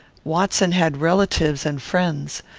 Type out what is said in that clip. watson had relatives and friends.